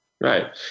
Right